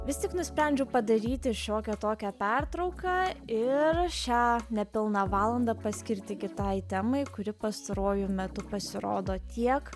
vis tik nusprendžiau padaryti šiokią tokią pertrauką ir šią nepilną valandą paskirti kitai temai kuri pastaruoju metu pasirodo tiek